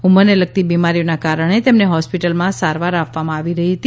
ઉંમરને લગતી બીમારીઓના કારણે તેમને હોસ્પિટલમાં સારવાર આપવામાં આવી રહી છે